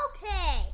Okay